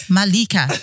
Malika